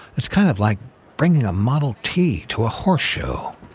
it's kind of like bringing a model t to a horse show.